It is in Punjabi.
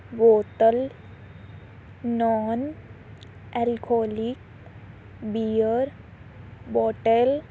ਬੋਤਲ ਨੋਨ ਅਲਕੋਹਲਿਕ ਬੀਅਰ ਬੋਤਲ